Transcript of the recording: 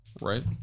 Right